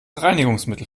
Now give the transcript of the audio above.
reinigungsmittel